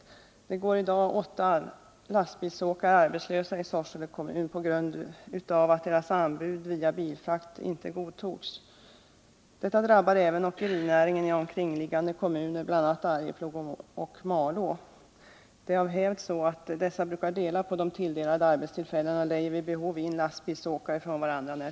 Det går i dag åtta lastbilsåkare arbetslösa i Sorsele kommun på grund av att deras anbud via bilfrakt inte godtogs. Detta drabbar även åkerinäringen i omkringliggande kommuner, bl.a. Arjeplog och Malå. Det är av hävd så, att man där brukar dela på arbetstillfällena och vid behov lejer lastbilsåkare av varandra.